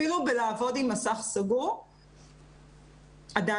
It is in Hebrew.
אפילו בלעבוד עם מסך סגור, עדיין.